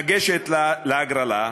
לגשת להגרלה.